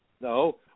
No